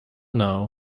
know